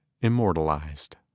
immortalized